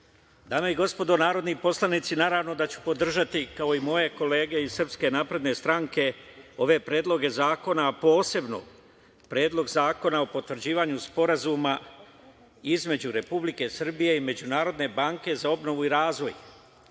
i gospodo narodni poslanici, naravno da ću podržati, kao i moje kolege iz SNS ove predloge zakona, a posebno Predlog zakona o potvrđivanju Sporazuma između Republike Srbije i Međunarodne banke za obnovu i razvoj